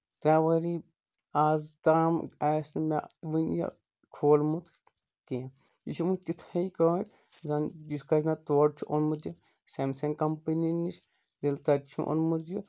ترٛےٚ ؤری آز تام آسہِ نہٕ ؤنہِ یہِ کھوٗلمُت کیٚنٛہہ یہِ چھُ وٕنہِ تِتھٕے کٲٹھۍ زن یِتھ کٔنۍ زن مےٚ تورٕ چھُ اوٚنمُت یہِ سیمسنٛگ کَمپنی نِش ییٚلہِ تَتہِ چھُم اوٚنمُت یہِ